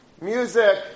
music